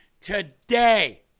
today